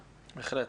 בהחלט.